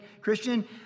Christian